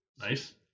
Nice